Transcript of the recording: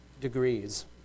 degrees